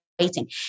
waiting